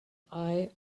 eye